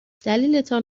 دلیلتان